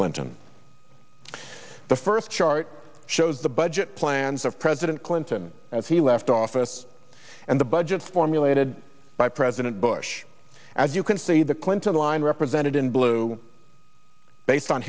clinton the first chart shows the budget plans of president clinton as he left office and the budget formulated by president bush as you can see the clinton line represented in blue based on